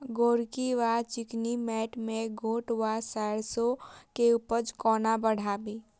गोरकी वा चिकनी मैंट मे गोट वा सैरसो केँ उपज कोना बढ़ाबी?